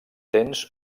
tens